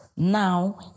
now